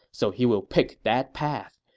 so he will pick that path.